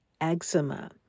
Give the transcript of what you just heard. eczema